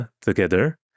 together